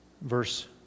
verse